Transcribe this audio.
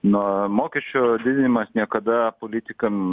na mokesčio didinimas niekada politikam